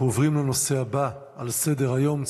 אנחנו עוברים לנושא הבא על סדר-היום,